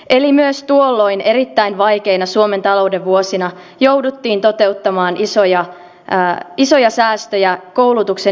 eli myös tuolloin erittäin vaikeina suomen talouden vuosina jouduttiin toteuttamaan isoja säästöjä nimenomaan koulutuksen perusrahoitukseen